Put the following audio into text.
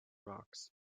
rocks